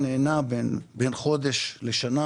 אנחנו איתם בנפשנו, מקווים שדי לצרותינו.